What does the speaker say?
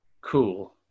cool